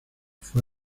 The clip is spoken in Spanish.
fue